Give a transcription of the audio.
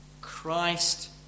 Christ